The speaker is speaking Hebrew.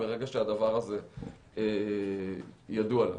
מרגע שהדבר הזה ידוע לנו.